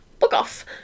Bookoff